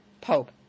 pope